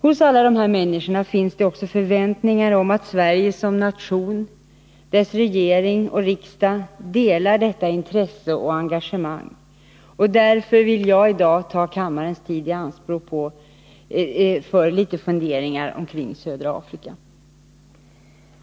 Hos alla dessa människor finns också förväntningar om att Sverige som nation, dess regering och riksdag delar detta intresse och engagemang. Därför vill jag i dag ta kammarens tid i anspråk för några funderingar kring södra Afrika.